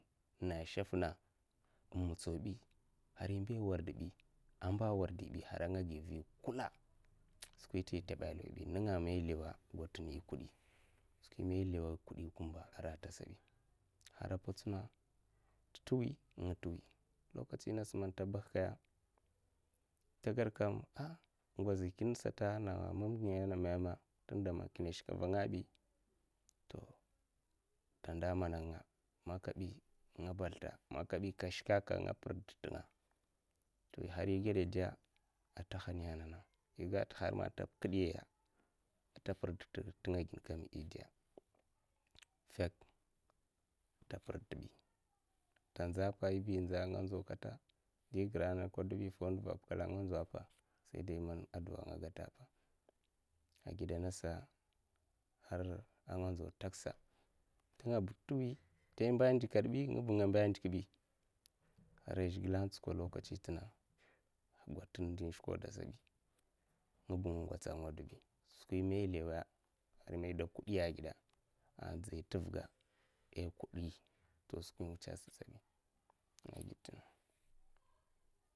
Na shafna inmitsaw hara imbai wardbi amla wardibi hara a nga givi kuill skwita itaba lawbi mai lawa ikudi kumba arata sabi hara patsuna titwi nga tiwi lokatsina sa manta bahkaya tagadkam ha'a ngozikin sata ana mamngaya ana meme tinda kina shkavangabi to tanda mana nga'nga ma kabi nga basldta ma kabi kashka ka. a nga pirda tinga'a to hara igade ta hanya a nana harma ta kidyaya iga takam a ta pirdakad tingaginkam ida tanzapa yiba inzo kata ndo indidin ingra'a ka dubi foundiv saida man aduwa man nga gatapa agidansa hara nga nzaw taksa tltiwi t'mba andikadbi ngaba nga mba ndikbi arai zhikle a tsukod zokatsi tinga'a gwati ndi inshkawda asabi ngiba nga ngatsa a nga dibi skwi mai lawa mai da kudiya a gida'a a dzai t'vga ai kudi to skwi inwutsa sata a zibi